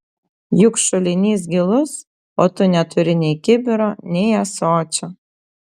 juk šulinys gilus o tu neturi nei kibiro nei ąsočio